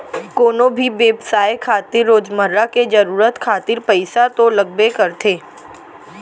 कोनो भी बेवसाय खातिर रोजमर्रा के जरुरत खातिर पइसा तो लगबे करथे